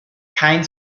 kein